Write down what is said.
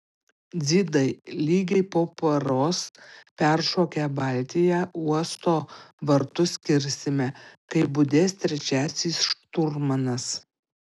dzidai lygiai po paros peršokę baltiją uosto vartus kirsime kai budės trečiasis šturmanas